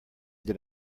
that